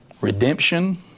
redemption